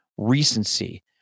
recency